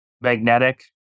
magnetic